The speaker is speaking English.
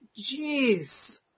Jeez